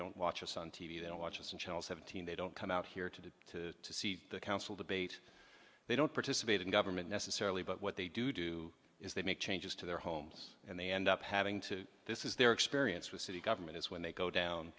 don't watch us on t v they don't watch us and channel seventeen they don't come out here today to see the council debate they don't participate in government necessarily but what they do do is they make changes to their homes and they end up having to this is their experience with city government is when they go down